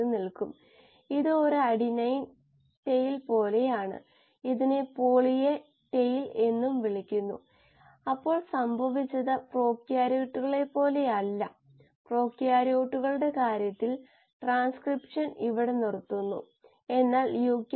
ഒരു നിശ്ചിത ആദ്യ ഗാഢതയിൽ നിന്ന് ആരംഭിക്കുന്നു അതാണ് 𝑥0 എന്നത് പ്രാരംഭ സെൽ ഗാഢതയാണ് 𝑡0 എടുത്ത സമയമാണ് ഇവയുടെ ആകെത്തുക ഒരു ബാച്ച് സമയമാണ്